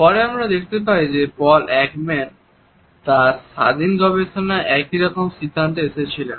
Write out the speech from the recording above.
পরে আমরা দেখতে পাই যে পল একম্যান তার স্বাধীন গবেষণায় একই রকম সিদ্ধান্তে এসেছিলেন